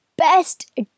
best